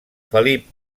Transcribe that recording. felip